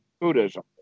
Buddhism